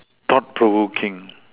stop talking